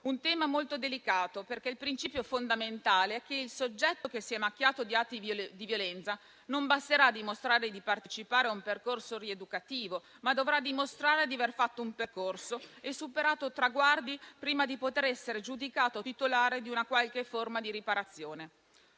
un tema molto delicato perché il principio fondamentale è che al soggetto che si è macchiato di atti di violenza non basterà dimostrare di partecipare a un percorso rieducativo, ma dovrà dimostrare di aver fatto un percorso e superato traguardi prima di poter essere giudicato titolare di una qualche forma di riparazione.